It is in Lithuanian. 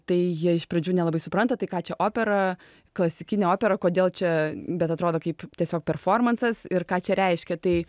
tai jie iš pradžių nelabai supranta tai ką čia opera klasikinė opera kodėl čia bet atrodo kaip tiesiog performansas ir ką čia reiškia tai